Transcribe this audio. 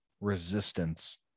resistance